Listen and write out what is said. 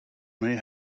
may